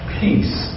peace